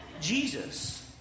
Jesus